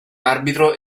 arbitro